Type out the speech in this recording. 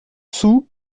sous